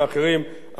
אדוני היושב-ראש,